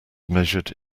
measured